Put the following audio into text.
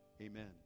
Amen